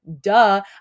Duh